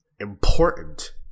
important